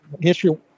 history